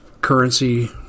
currency